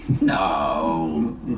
No